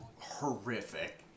horrific